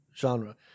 genre